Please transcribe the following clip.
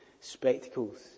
spectacles